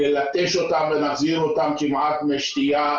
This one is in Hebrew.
נלטש אותם ונחזיר אותם כמעט מי שתייה בתוך הנחל.